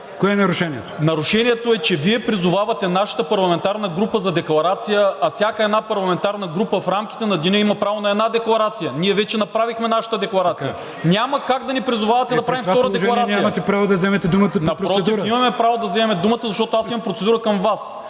Кое е нарушението? ЖЕЧО СТАНКОВ: Нарушението е, че Вие призовавате нашата парламентарна група за декларация, а всяка една парламентарна група в рамките на деня има право на една декларация. Ние вече направихме нашата декларация. Няма как да ни призовавате да правим втора декларация. ПРЕДСЕДАТЕЛ АТАНАС АТАНАСОВ: Добре.